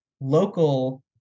local